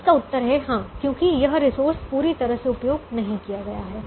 इसका उत्तर है हां क्योंकि यह रिसोर्स पूरी तरह से उपयोग नहीं किया गया है